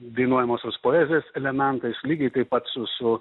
dainuojamosios poezijos elementais lygiai taip pat su su